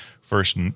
First